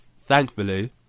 thankfully